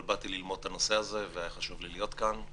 אבל באתי ללמוד את הנושא הזה והיה חשוב לי להיות כאן.